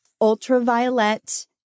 Ultraviolet